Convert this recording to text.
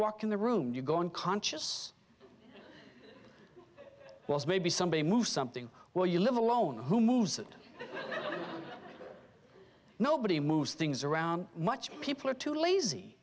walk in the room you go in conscious was maybe somebody moves something where you live alone who moves it nobody moves things around much people are too lazy